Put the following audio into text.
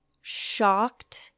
shocked